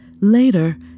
Later